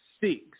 six